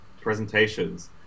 presentations